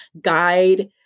guide